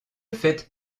fait